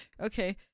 Okay